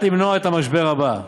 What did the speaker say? כדי למנוע את המשבר הבא.